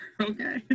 Okay